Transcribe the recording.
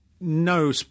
no